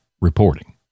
reporting